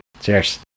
Cheers